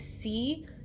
see